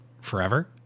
forever